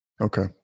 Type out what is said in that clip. Okay